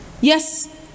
Yes